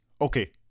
okay